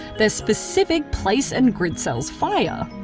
their specific place and grid cells fire.